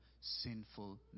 sinful